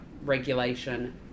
regulation